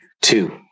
two